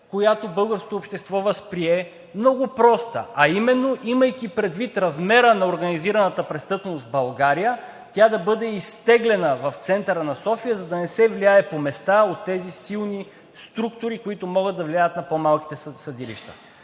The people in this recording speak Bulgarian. която българското общество възприе, а именно, имайки предвид размера на организираната престъпност в България, тя да бъде изтеглена в центъра на София, за да не се влияе по места от тези силни структури, които могат да влияят на по-малките съдилища.